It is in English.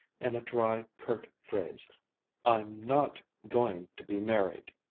in a dry, curt phrase i'm not going to be married.